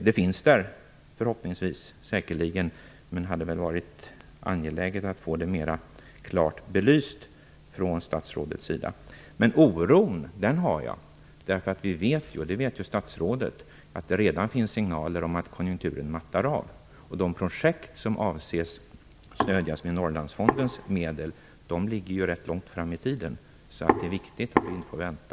Förhoppningsvis finns det där. Säkerligen är det så. Men det hade varit angeläget att få detta klarare belyst från statsrådets sida. Däremot känner jag oro. Även statsrådet vet ju att det redan har kommit signaler om en konjunkturavmattning. De projekt som avses få stöd från Norrlandsfondens medel ligger dessutom rätt långt fram i tiden. Det är därför viktigt att vi slipper vänta.